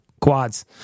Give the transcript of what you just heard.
Quads